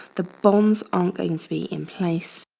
the bombs aren't going to be in place.